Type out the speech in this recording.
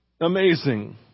amazing